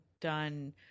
done